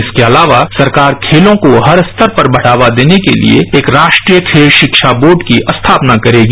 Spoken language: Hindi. इसके अलावा सरकार खेलों को हर स्तर पर बढ़ावा देने के लिए एक राष्ट्रीय खेल शिक्षा बोर्ड की स्थापना करेगी